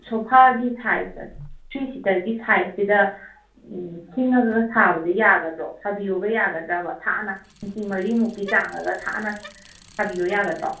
ꯁꯣꯐꯥꯒꯤ ꯁꯥꯏꯖꯁꯦ ꯊ꯭ꯔꯤ ꯁꯤꯇꯔꯒꯤ ꯁꯥꯏꯖꯁꯤꯗ ꯁꯤꯡꯉꯒ ꯁꯥꯕꯗꯣ ꯌꯥꯒꯗ꯭ꯔꯣ ꯁꯥꯕꯤꯌꯣꯒ ꯌꯥꯒꯗ꯭ꯔꯕ ꯊꯥꯅ ꯏꯟꯆꯤ ꯃꯔꯤ ꯃꯨꯛꯀꯤ ꯆꯥꯡꯗꯒ ꯊꯥꯅ ꯁꯥꯕꯤꯌꯣ ꯌꯥꯒꯗ꯭ꯔꯣ